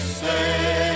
say